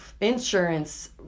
insurance